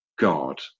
God